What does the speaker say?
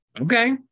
Okay